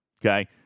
Okay